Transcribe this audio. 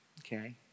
Okay